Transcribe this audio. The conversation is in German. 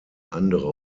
andere